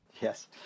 Yes